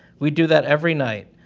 we do that every night.